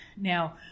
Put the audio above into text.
Now